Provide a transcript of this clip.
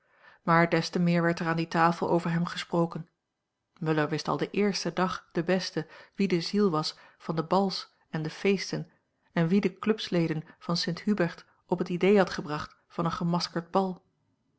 maar des te meer werd er aan die tafel over hem gesproken muller wist al den eersten dag den besten wie de ziel was van de bals en de feesten en wie de clubsleden van st hubert op het idee had gebracht van een gemaskerd bal